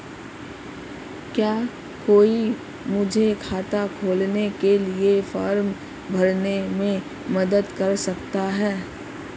क्या कोई मुझे खाता खोलने के लिए फॉर्म भरने में मदद कर सकता है?